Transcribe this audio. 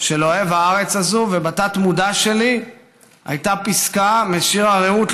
של אוהב הארץ הזאת ובתת-מודע שלי הייתה פִסקה משיר הרעות,